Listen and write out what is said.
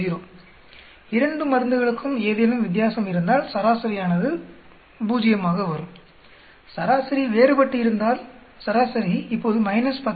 2 மருந்துகளுக்கும் ஏதேனும் வித்தியாசம் இருந்தால் சராசரியானது 0 ஆக வரும் சராசரி வேறுபட்டு இருந்தால் சராசரி இப்போது 10